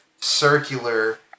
circular